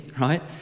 right